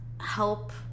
help